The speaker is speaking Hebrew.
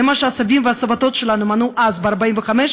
זה מה שהסבים והסבתות שלנו מנעו אז ב-1945,